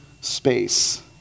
space